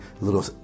little